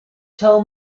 tell